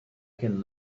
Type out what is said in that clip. can